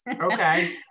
Okay